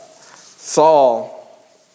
Saul